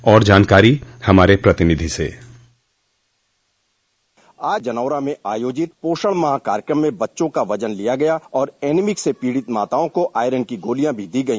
और जानकारी हमारे प्रतिनिधि से आज जनौरा में आयोजित पोषण माह कार्यक्रम में बच्चों का वजन लिया गया और एनेमिक से पीड़ित माताओं को आयरन की गोलियां भी दी गई